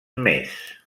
més